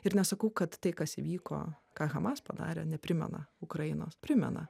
ir nesakau kad tai kas įvyko ką hamas padarė neprimena ukrainos primena